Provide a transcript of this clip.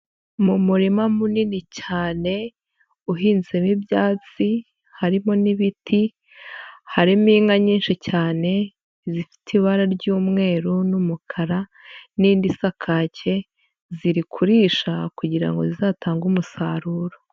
Mu murima munini cyane, uhinzemo ibyatsi harimo n'ibiti, harimo inka nyinshi cyane zifite ibara ry'umweru n'umukara n'indi isa kake, ziri kurisha kugira ngo zizatange umusaruro.